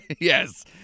Yes